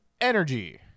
energy